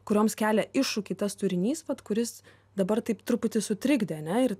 kurioms kelia iššūkį tas turinys vat kuris dabar taip truputį sutrikdė ane ir